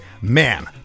man